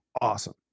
awesome